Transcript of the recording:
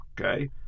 okay